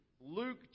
Luke